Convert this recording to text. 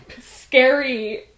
scary